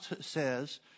says